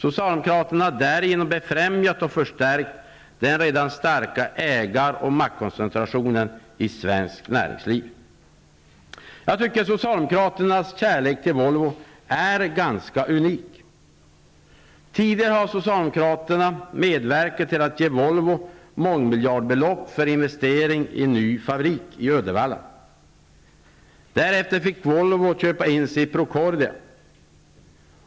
Socialdemokraterna har därigenom främjat och förstärkt den redan starka ägar och maktkoncentrationen i svenskt näringsliv. Jag tycker att socialdemokraternas kärlek till Volvo är ganska unik. Tidigare har socialdemokraterna medverkat till att ge Volvo mångmiljardbelopp för investering i ny fabrik i Uddevalla. Därefter fick Volvo köpa in sig i Procordia.